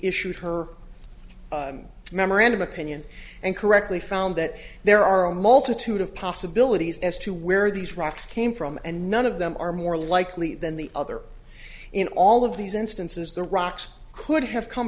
issued her memorandum opinion and correctly found that there are a multitude of possibilities as to where these rocks came from and none of them are more likely than the other in all of these instances the rocks could have come